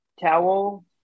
towel